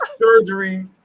surgery